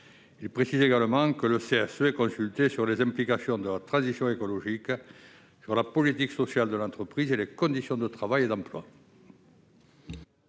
il précise également que le CHUV consulté sur les implications de la transition écologique sur la politique sociale de l'entreprise et les conditions de travail et d'emploi.